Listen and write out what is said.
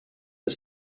but